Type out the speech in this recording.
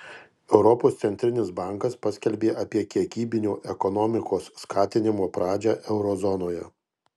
europos centrinis bankas paskelbė apie kiekybinio ekonomikos skatinimo pradžią euro zonoje